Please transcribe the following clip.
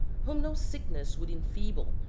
whom no sickness would enfeeble,